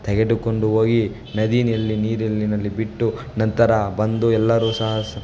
ತೆಗೆದುಕೊಂಡು ಹೋಗಿ ನದಿಯಲ್ಲಿ ನೀರಿನಲ್ಲಿ ಬಿಟ್ಟು ನಂತರ ಬಂದು ಎಲ್ಲರು ಸಹ ಸ್